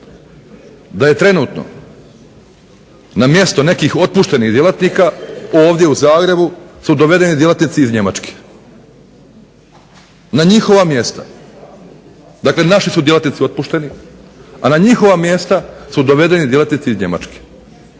da je trenutno na mjesto nekih otpuštenih djelatnika ovdje u Zagrebu su dovedeni djelatnici iz Njemačke, na njihova mjesta. Dakle naši su djelatnici otpušteni, a na njihova mjesta su dovedeni djelatnici iz Njemačke.